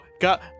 Got